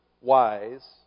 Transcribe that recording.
wise